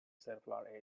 circular